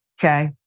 Okay